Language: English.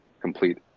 complete